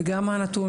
בוקר טוב לכולם,